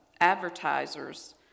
advertisers